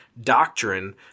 doctrine